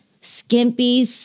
skimpy